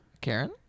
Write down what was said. Karen